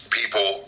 people